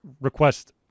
request